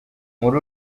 muri